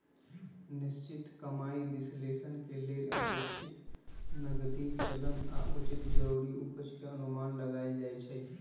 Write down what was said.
निश्चित कमाइ विश्लेषण के लेल अपेक्षित नकदी चलन आऽ उचित जरूरी उपज के अनुमान लगाएल जाइ छइ